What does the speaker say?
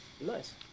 Nice